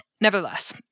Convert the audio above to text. Nevertheless